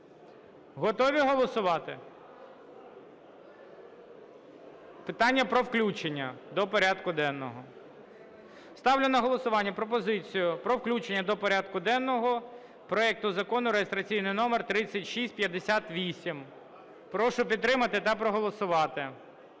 Готові голосувати? Питання про включення до порядку денного. Ставлю на голосування пропозицію про включення до порядку денного проект Закону реєстраційний номер 3658. Прошу підтримати та проголосувати.